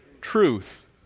truth